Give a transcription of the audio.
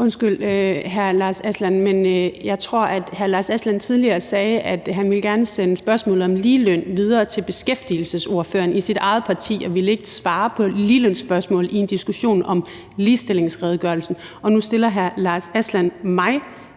Undskyld, men jeg tror, at hr. Lars Aslan Rasmussen tidligere sagde, at han gerne ville sende spørgsmålet om ligeløn videre til beskæftigelsesordføreren i sit eget parti og ikke ville svare på ligelønsspørgsmål i en diskussion om ligestillingsredegørelsen. Og nu stiller hr. Lars Aslan